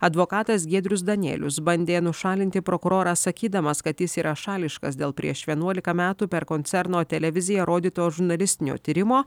advokatas giedrius danėlius bandė nušalinti prokurorą sakydamas kad jis yra šališkas dėl prieš vienuolika metų per koncerno televiziją rodyto žurnalistinio tyrimo